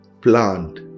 plant